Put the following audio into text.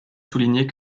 souligner